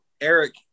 Eric